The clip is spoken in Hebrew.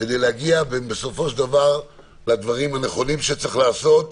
כדי להגיע בסופו של דבר לדברים הנכונים שצריך לעשות.